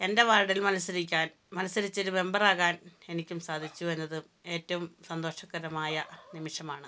എൻ്റെ വാർഡിൽ മത്സരിക്കാൻ മത്സരിച്ചൊരു മെമ്പറകാൻ എനിക്കും സാധിച്ചു എന്നതും ഏറ്റവും സന്തോഷകരമായ നിമിഷമാണ്